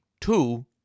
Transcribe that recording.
two